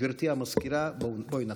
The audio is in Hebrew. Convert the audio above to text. גברתי המזכירה, בואי נתחיל.